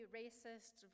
racist